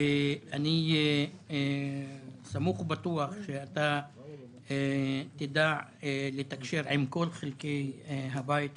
ואני סמוך ובטוח שתדע לתקשר עם כל חלקי הבית הזה,